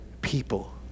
people